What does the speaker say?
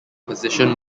position